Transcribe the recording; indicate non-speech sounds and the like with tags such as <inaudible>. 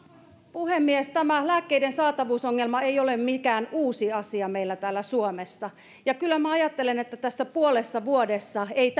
puhemies tämä lääkkeiden saatavuusongelma ei ole mikään uusi asia meillä täällä suomessa ja kyllä minä ajattelen että tässä puolessa vuodessa ei <unintelligible>